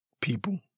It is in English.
people